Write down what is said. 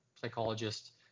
psychologist